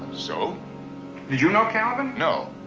so? did you know calvin? no.